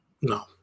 no